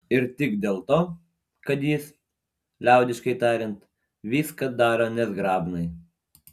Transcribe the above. ir tik dėl to kad jis liaudiškai tariant viską daro nezgrabnai